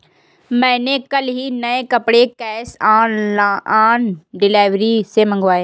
मैंने कल ही नए कपड़े कैश ऑन डिलीवरी से मंगाए